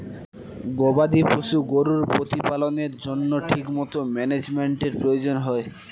গবাদি পশু গরুর প্রতিপালনের জন্য ঠিকমতো ম্যানেজমেন্টের প্রয়োজন হয়